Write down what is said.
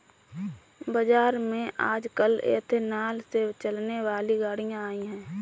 बाज़ार में आजकल एथेनॉल से चलने वाली गाड़ियां आई है